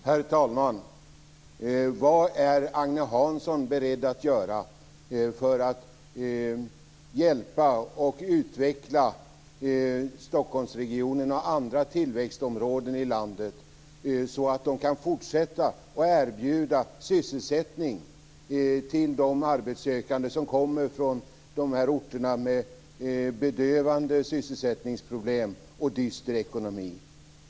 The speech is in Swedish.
Herr talman! Vad är Agne Hansson beredd att göra för att hjälpa och utveckla Stockholmsregionen och andra tillväxtområden i landet så att de kan fortsätta att erbjuda sysselsättning till de arbetssökande som kommer från orter med bedövande sysselsättningsproblem och dyster ekonomi?